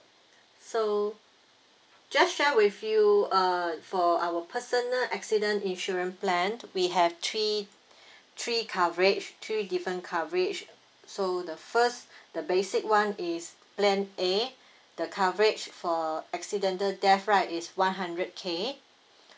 so just share with you uh for our personal accident insurance plan we have three three coverage three different coverage so the first the basic [one] is plan a the coverage for accidental death right is one hundred K